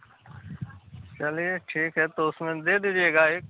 चलिए ठीक है तो उसमें दे दीजिएगा एक